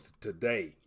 today